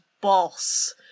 boss